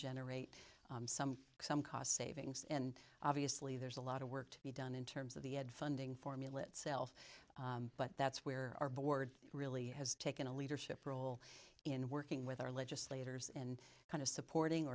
generate some some cost savings and obviously there's a lot of work to be done in terms of the add funding formula hts self but that's where our board really has taken a leadership role in working with our legislators and kind of supporting